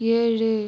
ஏழு